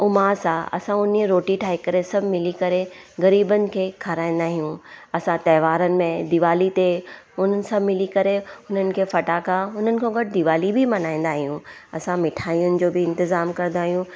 उमास आहे असां उन्हीअ रोटी ठाहे करे सभु मिली करे गरीबनि खे खाराईंदा आहियूं असां त्योहारनि में दीवाली ते हुननि सां मिली करे हुननि खे फ़टाका हुननि खो गॾु दीवाली बि मल्हाईंदा आहियूं असां मिठायुनि जो बि इंतिजाम कंदा आहियूं